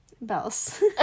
Bells